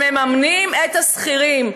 שמממנים את השכירים.